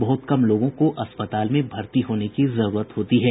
बहुत कम लोगों को अस्पताल में भर्ती होने की जरूरत होती है